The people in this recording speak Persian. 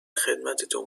خدمتتون